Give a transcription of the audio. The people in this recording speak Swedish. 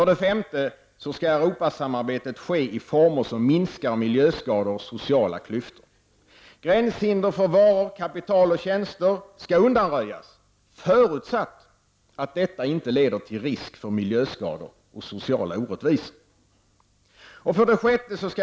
5. Europasamarbetet skall ske i former som minskar miljöskador och sociala klyftor. Gränshinder för varor, kapital och tjänster skall undanröjas, förutsatt att detta inte leder till risk för miljöskador och sociala orättvisor. 6.